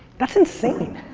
that's insane.